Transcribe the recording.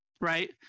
right